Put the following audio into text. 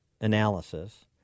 analysis